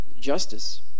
justice